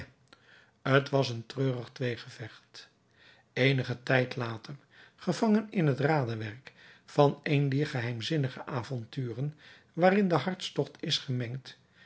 t was een treurig tweegevecht eenigen tijd later gevangen in het raderwerk van een dier geheimzinnige avonturen waarin de hartstocht is gemengd